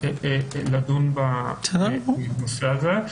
לדון בנושא הזה.